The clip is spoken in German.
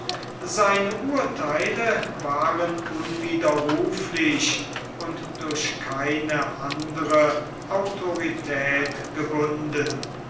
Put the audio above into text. seine urtheile waren unwiderruflich und durch keine andere autorität gebunden